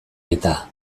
eta